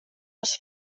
les